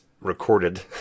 recorded